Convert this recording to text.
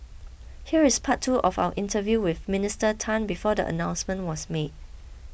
here is part two of our interview with Minister Tan before the announcement was made